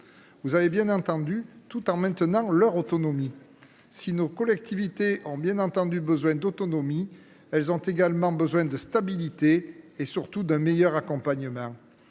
collègues :« tout en maintenant leur autonomie »! Si nos collectivités ont bien entendu besoin d’autonomie, elles ont également besoin de stabilité et, surtout, d’un meilleur accompagnement.